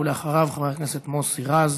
אחריו, חבר הכנסת מוסי רז.